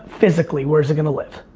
physically where's it gonna live?